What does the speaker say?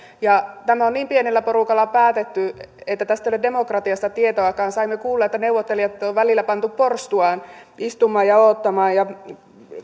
tämä on niin pienellä porukalla päätetty että tässä ei ole demokratiasta tietoakaan saimme kuulla että neuvottelijat on välillä pantu porstuaan istumaan ja odottamaan ja